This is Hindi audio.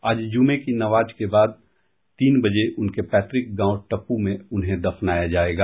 आज जुमे की नमाज के बाद तीन बजे उनके पैतृक गांव टप्पू में उन्हें दफनाया जाएगा